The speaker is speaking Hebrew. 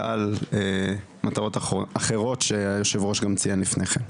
אלא על מטרות אחרות שיושב הראש ציין לפני כן.